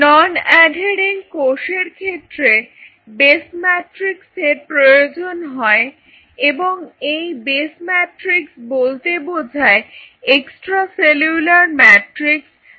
নন adhering কোষের ক্ষেত্রে base matrix এর প্রয়োজন হয় এবং এই বেস্ ম্যাট্রিক্স বলতে বোঝায় এক্সট্রা সেলুলার ম্যাট্রিক্স বা ECM